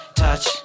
touch